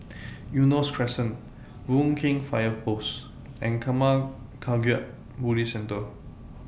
Eunos Crescent Boon Keng Fire Post and Karma Kagyud Buddhist Centre